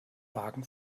wagen